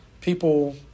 people